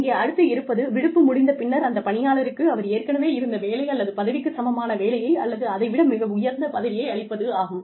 இங்கே அடுத்து இருப்பது விடுப்பு முடிந்த பின்னர் அந்த பணியாளருக்கு அவர் ஏற்கனவே இருந்த வேலை அல்லது பதவிக்குச் சமமான வேலையை அல்லது அதைவிட மிக உயர்ந்த பதவியை அளிப்பதாகும்